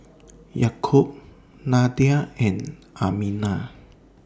Yaakob Nadia and Aminah